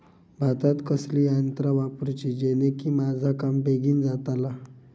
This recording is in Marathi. भातात कसली यांत्रा वापरुची जेनेकी माझा काम बेगीन जातला?